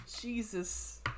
Jesus